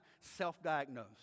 self-diagnose